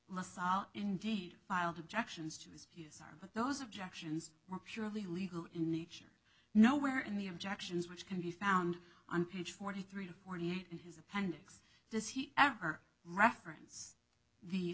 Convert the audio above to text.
that indeed filed objections to disputes are but those objections were purely legal in nature nowhere in the objections which can be found on page forty three or forty eight in his appendix does he ever reference the